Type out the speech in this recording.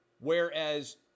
whereas